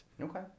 Okay